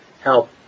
help